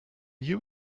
you